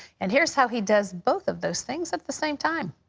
and here's how he does both of those things at the same time.